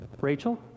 Rachel